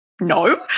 no